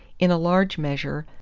in a large measure,